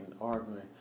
arguing